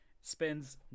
spends